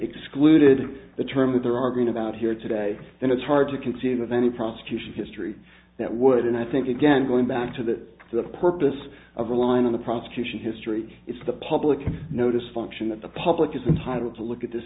excluded the term that there are going about here today that it's hard to conceive of any prosecution history that would and i think again going back to that the purpose of a line in the prosecution history it's the public notice function that the public is entitled to look at this